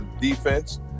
defense